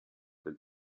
del